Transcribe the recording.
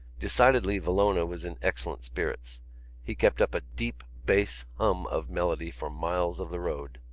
decidedly villona was in excellent spirits he kept up a deep bass hum of melody for miles of the road.